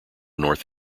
north